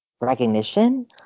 recognition